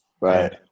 Right